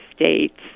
states